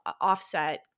offset